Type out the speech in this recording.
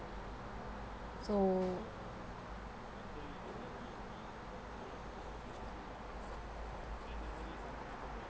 so